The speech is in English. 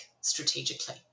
strategically